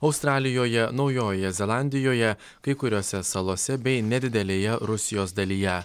australijoje naujojoje zelandijoje kai kuriose salose bei nedidelėje rusijos dalyje